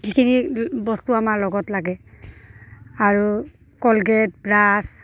সেইখিনি বস্তু আমাৰ লগত লাগে আৰু কলগেট ব্ৰাছ